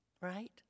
right